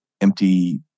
empty